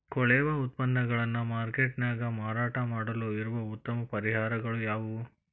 ಕೊಳೆವ ಉತ್ಪನ್ನಗಳನ್ನ ಮಾರ್ಕೇಟ್ ನ್ಯಾಗ ಮಾರಾಟ ಮಾಡಲು ಇರುವ ಉತ್ತಮ ಪರಿಹಾರಗಳು ಯಾವವು?